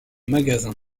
magasins